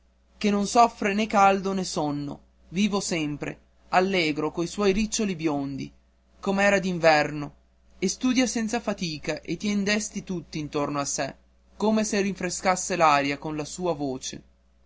che non soffre né caldo né sonno vivo sempre allegro coi suoi riccioli biondi com'era d'inverno e studia senza fatica e tien desti tutti intorno a sé come se rinfrescasse l'aria con la sua voce